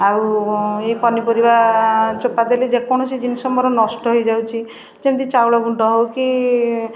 ଆଉ ପନିପରିବା ଚୋପା ଦେଲି ଯେକୌଣସି ଜିନିଷ ମୋର ନଷ୍ଟ ହେଇଯାଉଛି ଯେମିତି ଚାଉଳ ଗୁଣ୍ଡ ହେଉ କି